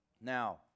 Now